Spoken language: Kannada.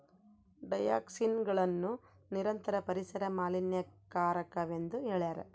ಡಯಾಕ್ಸಿನ್ಗಳನ್ನು ನಿರಂತರ ಪರಿಸರ ಮಾಲಿನ್ಯಕಾರಕವೆಂದು ಹೇಳ್ಯಾರ